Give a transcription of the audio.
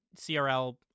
CRL